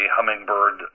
Hummingbird